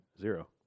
Zero